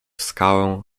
skałę